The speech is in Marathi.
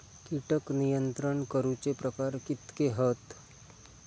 कीटक नियंत्रण करूचे प्रकार कितके हत?